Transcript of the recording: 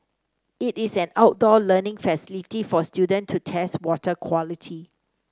it is an outdoor learning facility for students to test water quality